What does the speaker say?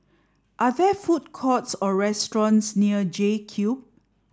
are there food courts or restaurants near J Cube